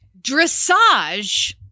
dressage